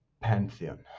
pantheon